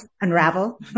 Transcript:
unravel